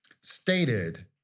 stated